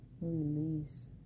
release